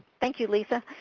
thank you lisa.